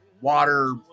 water